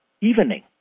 evening